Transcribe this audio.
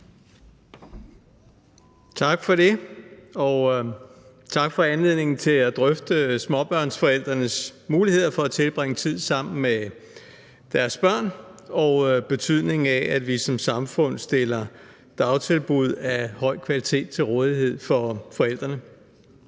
Tak for det, og tak for anledningen til at drøfte småbørnsforældrenes muligheder for at tilbringe tid sammen med deres børn og betydningen af, at vi som samfund stiller dagtilbud af høj kvalitet til rådighed for forældrene.